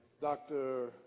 Dr